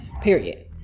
period